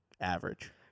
average